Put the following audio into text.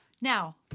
now